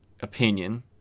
opinion